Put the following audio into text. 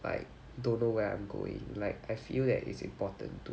like don't know where I'm going like I feel that is important to